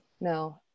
no